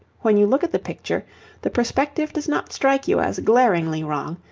when you look at the picture the perspective does not strike you as glaringly wrong,